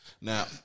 now